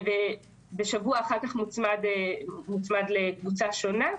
ובשבוע אחר כך מוצמד לקבוצה שונה,